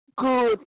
good